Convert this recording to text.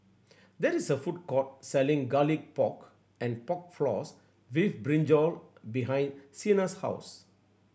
there is a food court selling Garlic Pork and Pork Floss with brinjal behind Sienna's house